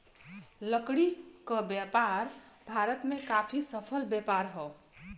लकड़ी क व्यापार भारत में काफी सफल व्यापार हौ